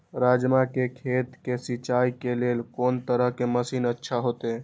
राजमा के खेत के सिंचाई के लेल कोन तरह के मशीन अच्छा होते?